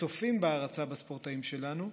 שצופים בהערצה בספורטאים שלנו: